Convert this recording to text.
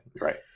Right